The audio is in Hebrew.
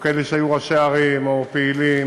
או כאלה שהיו ראשי ערים, או פעילים,